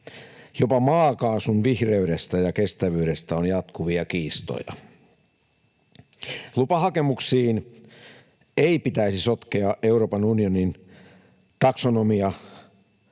Jopa maakaasun vihreydestä ja kestävyydestä on jatkuvia kiistoja. Lupahakemuksiin ei pitäisi sotkea Euroopan unionin taksonomialuokittelua.